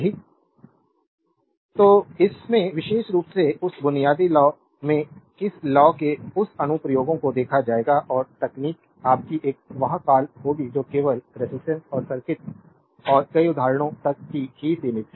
slide time देखें 0132 तो इसमें विशेष रूप से उस बुनियादी लॉ में इस लॉ के उस अनुप्रयोग को देखा जाएगा और तकनीक आपकी वह कॉल होगी जो केवल रेजिस्टेंस सर्किट और कई उदाहरणों तक ही सीमित है